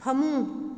ꯐꯃꯨꯡ